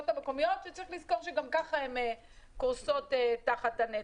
המקומיות שצריך לזכור שגם כך הן קורסות תחת הנטל.